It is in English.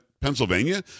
Pennsylvania